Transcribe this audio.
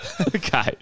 Okay